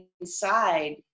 inside